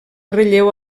relleu